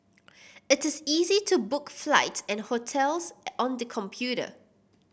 it is easy to book flight and hotels on the computer